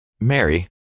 Mary